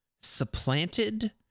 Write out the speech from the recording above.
supplanted